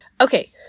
Okay